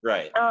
Right